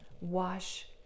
wash